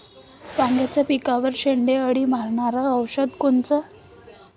वांग्याच्या पिकावरचं शेंडे अळी मारनारं औषध कोनचं?